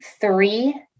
three